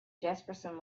jespersen